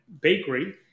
bakery